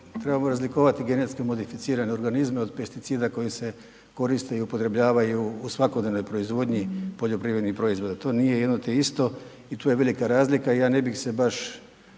trebamo razlikovati GMO od pesticida koji se koriste i upotrebljavaju u svakodnevnoj proizvodnji poljoprivrednih proizvoda. To nije jedno te iste i tu je velika razlika i ja ne bih se baš